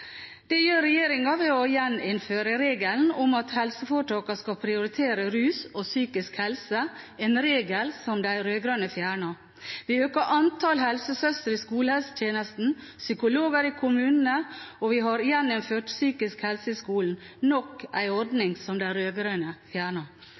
Det gjør regjeringen ved å gjeninnføre regelen om at helseforetakene skal prioritere rus og psykisk helse – en regel som de rød-grønne fjernet. Vi øker antallet helsesøstre i skolehelsetjenesten og psykologer i kommunene, og vi har gjeninnført psykisk helse i skolen – nok en ordning som de